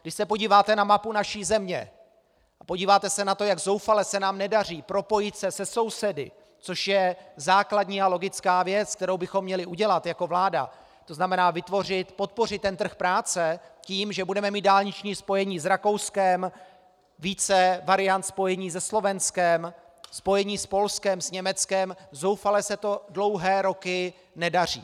Když se podíváte na mapu naší země, podíváte se na to, jak zoufale se nám nedaří propojit se se sousedy, což je základní a logická věc, kterou bychom měli udělat jako vláda, to znamená podpořit trh práce tím, že budeme mít dálniční spojení s Rakouskem, více variant spojení se Slovenskem, spojení s Polskem, s Německem, zoufale se to dlouhé roky nedaří.